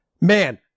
man